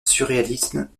surréalisme